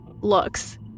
looks